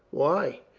why?